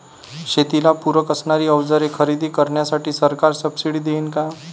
शेतीला पूरक असणारी अवजारे खरेदी करण्यासाठी सरकार सब्सिडी देईन का?